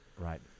right